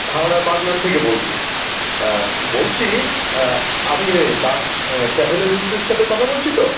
হাওড়ার বাগনান থেকে বলছি বলছি আমি দাস ট্র্যাভেল এজেন্সির সাথে কথা বলছি তো